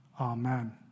Amen